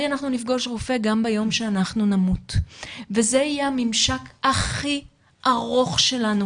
אנחנו נפגוש רופא גם ביום שאנחנו נמות וזה יהיה הממשק הכי ארוך שלנו